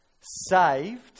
saved